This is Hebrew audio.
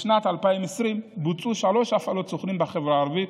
בשנת 2020 בוצעו שלוש הפעלות סוכנים בחברה הערבית,